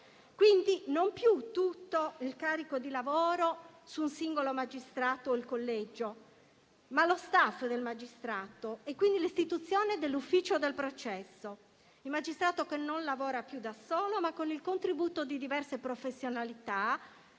non più tutto il carico di lavoro sul singolo magistrato o sul collegio, ma sullo staff del magistrato, con l'istituzione dell'ufficio del processo. Il magistrato non lavora più da solo, ma si avvale del contributo di diverse professionalità,